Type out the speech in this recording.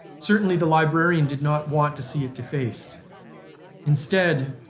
certainly the librarian did not want to see it defaced instead,